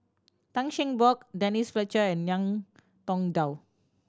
Tan Cheng Bock Denise Fletcher and Ngiam Tong Dow